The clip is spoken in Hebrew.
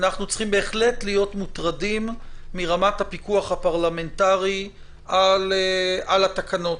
אנחנו צריכים בהחלט להיות מוטרדים מרמת הפיקוח הפרלמנטרי על התקנות,